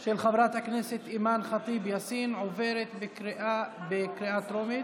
של חברת הכנסת אימאן ח'טיב יאסין עוברת בקריאה טרומית,